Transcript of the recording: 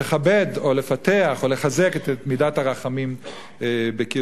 לכבד או לפתח או לחזק את מידת הרחמים בקרבנו,